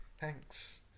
Thanks